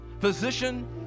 Physician